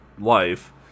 life